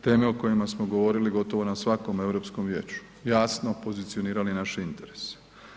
Teme o kojima smo govorili gotovo na svakom Europskom vijeću, jasno pozicionirali naše interese.